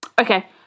okay